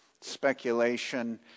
speculation